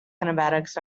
kinematics